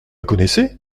connaissez